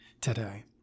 today